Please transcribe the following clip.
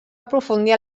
aprofundir